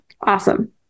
Awesome